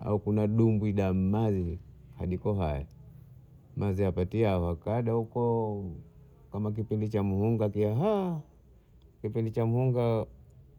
au kuna dumbwida mahe hadiko haya mazi apatie hapakada huko ee kama kipindi cha mvunga!! kipindi cha mvunga